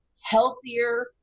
healthier